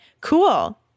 cool